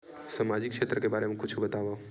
सामजिक क्षेत्र के बारे मा कुछु बतावव?